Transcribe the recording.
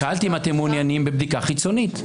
שאלתי אם אתם מעוניינים בבדיקה חיצונית.